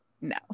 no